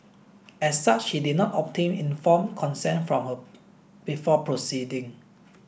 as such he did not obtain informed consent from her before proceeding